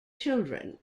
children